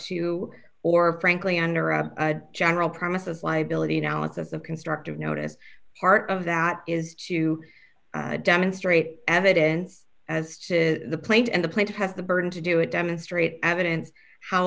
to or frankly under a general premises liability analysis of constructive notice part of that is to demonstrate evidence as to the plate and the plate has the burden to do it demonstrate evidence how